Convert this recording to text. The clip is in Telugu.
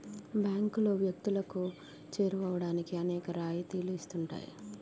బ్యాంకులు వ్యక్తులకు చేరువవడానికి అనేక రాయితీలు ఇస్తుంటాయి